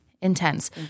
intense